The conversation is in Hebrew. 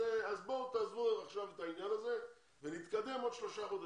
אז בואו תעזבו עכשיו את העניין הזה ונתקדם בעוד שלושה חודשים,